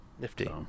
Nifty